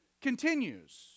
continues